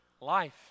Life